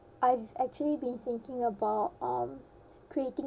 I've actually been thinking about um creating